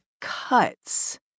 cuts